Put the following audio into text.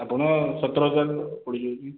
ଆପଣ ସତର ହଜାର ପଡ଼ିଯାଉଛି